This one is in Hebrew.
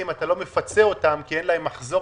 אם אתה לא מפצה אותם כי אין להם מחזור